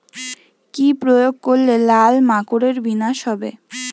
কি প্রয়োগ করলে লাল মাকড়ের বিনাশ হবে?